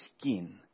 skin